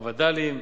הווד"לים,